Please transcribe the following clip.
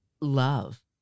love